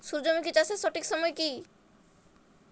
সূর্যমুখী চাষের সঠিক সময় কি?